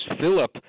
Philip